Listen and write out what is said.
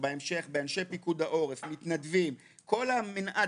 בהמשך באנשי פיקוד העורף, מתנדבים, כל המנעד.